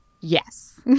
Yes